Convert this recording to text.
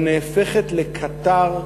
או נהפכת לקטר,